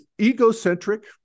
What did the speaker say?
egocentric